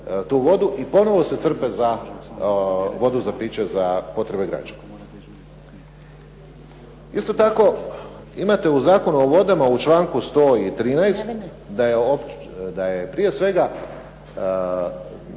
tu vodu i ponovno se crpe za vodu za piće za potrebe građana. Isto tako imate u Zakonu o vodama u članku 113. da je prije svega